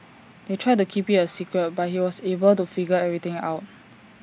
they tried to keep IT A secret but he was able to figure everything out